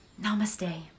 namaste